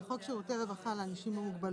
חוק שירותי רווחה לאנשים עם מוגבלות.